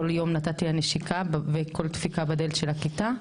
כל יום נתתי לה נשיקה וכל דפיקה בדלת של הכיתה,